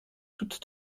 toute